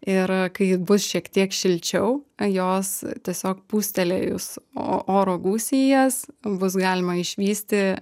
ir kai bus šiek tiek šilčiau jos tiesiog pūstelėjus oro gūsį jas bus galima išvysti